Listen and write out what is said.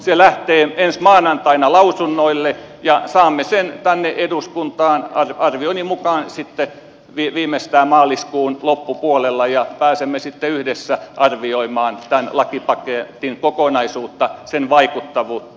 se lähtee ensi maanantaina lausunnoille ja saamme sen tänne eduskuntaan arvioni mukaan sitten viimeistään maaliskuun loppupuolella ja pääsemme sitten yhdessä arvioimaan tämän lakipaketin kokonaisuutta sen vaikuttavuutta